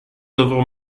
dovrò